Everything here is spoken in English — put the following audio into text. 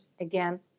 Again